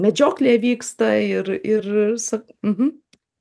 medžioklė vyksta ir ir s mhm